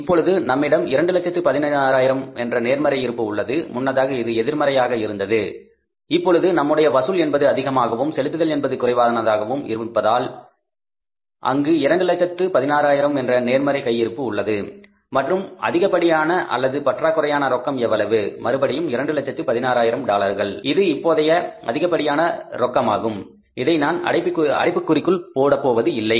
இப்பொழுது நம்மிடம் 216000 என்ற நேர்மறை இருப்பு உள்ளது முன்னதாக இது எதிர்மறையாக இருந்தது இப்பொழுது நம்முடைய வசூல் என்பது அதிகமாகும் செலுத்துதல் என்பது குறைவாகவும் இருப்பதால் அங்கு 2 லட்சத்து 16 ஆயிரம் என்ற நேர்மறை கையிருப்பு உள்ளது மற்றும் அதிகப்படியான அல்லது பற்றாக்குறையான ரொக்கம் எவ்வளவு மறுபடியும் இது 216000 டாலர்கள் இது இப்போதைய அதிகப்படியான ரொக்கமாகும் இதை நான் அடைப்புக்குறிக்குள் போடப் போவது இல்லை